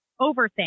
overthink